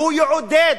והוא יעודד,